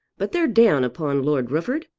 but they're down upon lord rufford,